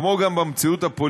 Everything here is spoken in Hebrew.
כמו הנסיכויות,